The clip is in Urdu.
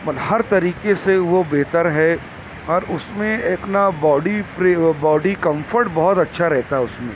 ہر طریقے سے وہ بہتر ہے اور اس میں اتنا باڈی باڈی کمفرٹ بہت اچھا رہتا اس میں